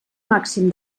màxim